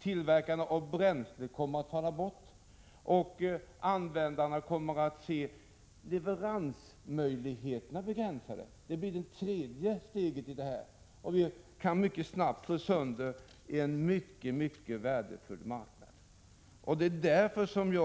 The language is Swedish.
Tillverkarna av bränsle kommer också att falla ifrån. Det tredje steget blir att användarna kommer att se leveransmöjligheterna begränsade. Vi kan på så sätt snabbt slå sönder en mycket värdefull marknad. Jag tycker att det vore